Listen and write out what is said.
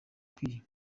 ukwiye